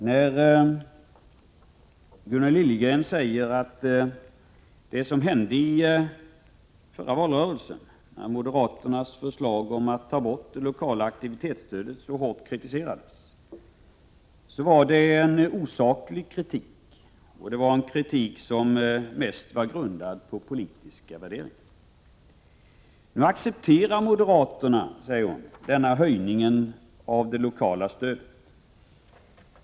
Herr talman! Gunnel Liljegren säger att när moderaternas förslag att ta bort det lokala aktivitetsstödet kritiserades så hårt i förra valrörelsen, var det en osaklig kritik och en kritik som mest var grundad på politiska värderingar. Nu accepterar moderaterna, säger hon, höjningen av det lokala stödet.